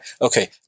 okay